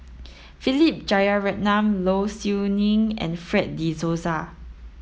Philip Jeyaretnam Low Siew Nghee and Fred de Souza